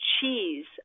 cheese